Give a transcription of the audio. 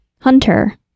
Hunter